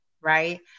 right